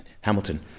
Hamilton